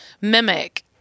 mimic